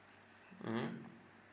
mmhmm